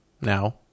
now